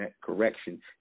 correction